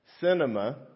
cinema